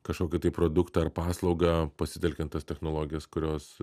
kažkokį tai produktą ar paslaugą pasitelkiant tas technologijas kurios